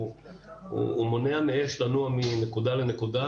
והוא מונע מאש לנוע מנקודה לנקודה,